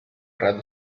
red